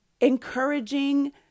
encouraging